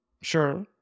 sure